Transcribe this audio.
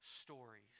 stories